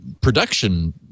production